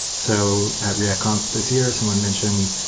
so at react conf this year, someone mentioned,